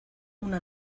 una